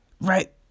right